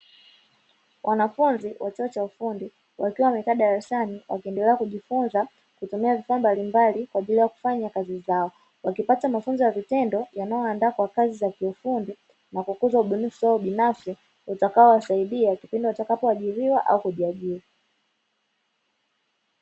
Wanafunzi wa chuo cha ufundi wakiwa wamekaa darasani, wakiendelea kujifunza kwa kutumia vifaa mbalimbali kwa ajili ya kufanya kazi zao. Wakipata mafunzo ya vitendo yanayowaandaa kwa kazi za ufundi, na kukuza ubunifu wao binafsi utakaowasaidia kipindi watakacho ajiliwa au kujiajili wenyewe.